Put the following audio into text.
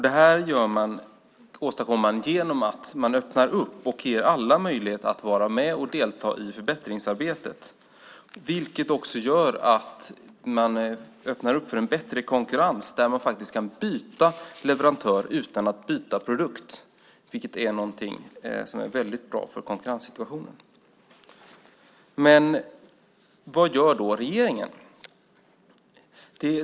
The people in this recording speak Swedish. Detta åstadkommer man genom att man öppnar upp och ger alla möjlighet att vara med och delta i förbättringsarbetet, vilket också gör att man öppnar för en bättre konkurrens som innebär att man faktiskt kan byta leverantör utan att byta produkt. Det är väldigt bra för konkurrenssituationen. Vad gör då regeringen?